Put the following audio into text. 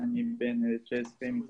אני חושבת שלמעלה מ-80% או 90% נשארים בארץ